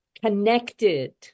connected